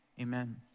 amen